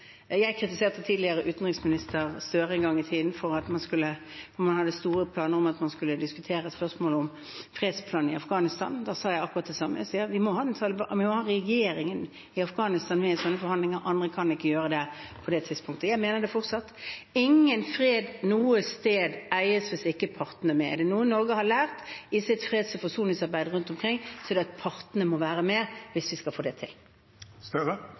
Jeg kritiserte tidligere utenriksminister Gahr Støre en gang i tiden for at man hadde store planer om å diskutere spørsmål om en fredsplan for Afghanistan. Da sa jeg akkurat det samme: Vi må ha regjeringen i Afghanistan med i slike forhandlinger. Andre kunne ikke gjøre det på det tidspunktet. Jeg mener dette fortsatt: Ingen fred eies noe sted hvis ikke partene er med. Er det noe Norge har lært i sitt freds- og forsoningsarbeid rundt omkring, så er det at partene må være med hvis vi skal få det